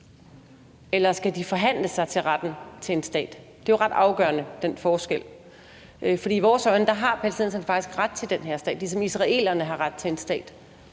eller skal de forhandle sig til retten til en stat? Den forskel er jo ret afgørende. For i vores øjne har palæstinenserne faktisk ret til den her stat, ligesom israelerne har ret til en stat.